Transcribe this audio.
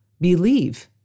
Believe